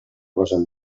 gosen